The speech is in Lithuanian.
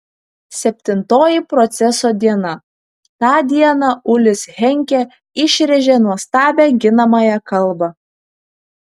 septintoji proceso diena tą dieną ulis henkė išrėžė nuostabią ginamąją kalbą